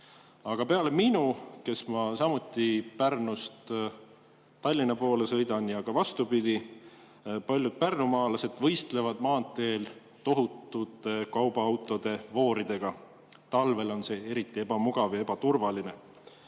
Aga peale minu, kes ma samuti tihti Pärnust Tallinna poole sõidan ja ka vastupidi, veel paljud pärnumaalased võistlevad seal maanteel tohutute kaubaautode vooridega. Talvel on see eriti ebamugav ja ebaturvaline.